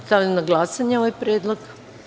Stavljam na glasanje ovaj predlog.